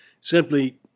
Simply